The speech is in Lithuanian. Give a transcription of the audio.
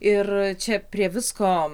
ir čia prie visko